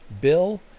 Bill